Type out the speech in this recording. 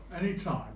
anytime